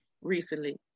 recently